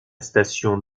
station